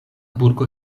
burgo